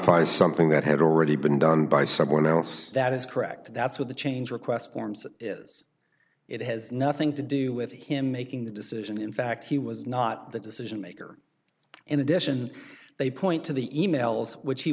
codified something that had already been done by someone else that is correct that's what the change request forms is it has nothing to do with him making the decision in fact he was not the decision maker in addition they point to the e mails which he